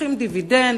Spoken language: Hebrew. מושכים דיבידנד,